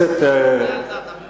סעיף 4 נתקבל.